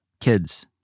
kids